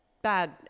Bad